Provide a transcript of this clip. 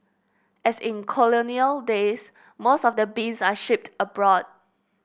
as in colonial days most of the beans are shipped abroad